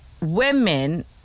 women